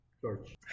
George